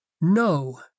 no